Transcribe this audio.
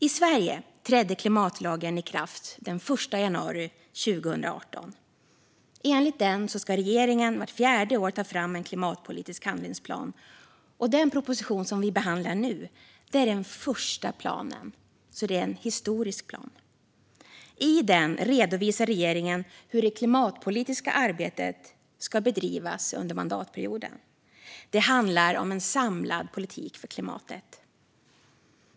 I Sverige trädde klimatlagen i kraft den 1 januari 2018. Enligt den ska regeringen vart fjärde år ta fram en klimatpolitisk handlingsplan. Den proposition som vi behandlar nu är den första planen, så det är en historisk plan. I den redovisar regeringen hur det klimatpolitiska arbetet ska bedrivas under mandatperioden. Det handlar om en samlad politik för klimatet.